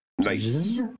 Nice